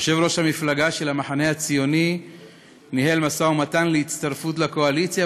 יושב-ראש המפלגה של המחנה הציוני ניהל משא-ומתן להצטרפות לקואליציה,